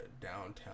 downtown